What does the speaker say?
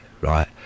right